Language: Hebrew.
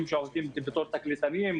תקליטנים,